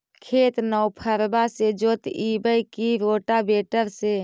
खेत नौफरबा से जोतइबै की रोटावेटर से?